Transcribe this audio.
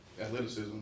athleticism